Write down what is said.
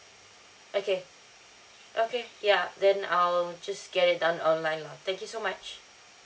okay okay ya then I'll just get it done online lah thank you so much